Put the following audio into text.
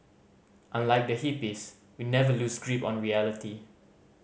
unlike the hippies we never lose grip on reality